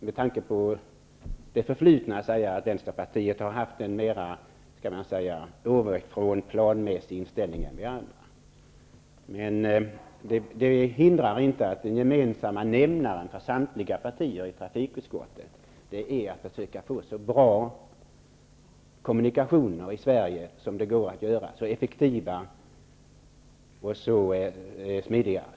Med tanke på det förflutna kan man kanske säga att Vänsterpartiet i någon mån har haft en mer planmässig inställning än vi andra. Det hindrar emellertid inte att den gemensamma nämnaren för samtliga partier i trafikutskottet är att försöka få så bra, effektiva och smidiga kommunikationer som möjligt i Sverige.